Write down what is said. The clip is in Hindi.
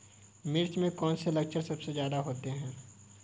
मिर्च में कौन से लक्षण सबसे ज्यादा होते हैं?